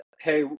Hey